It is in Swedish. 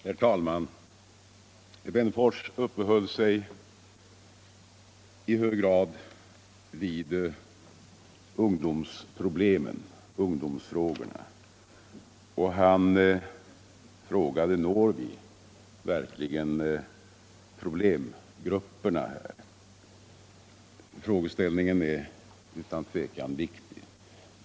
Herr talman! Herr Wennerfors uppehöll sig i hög grad vid ungdomsfrågorna och han frågade: Når vi verkligen problemgrupperna? Frågeställningen är utan tvivel viktig.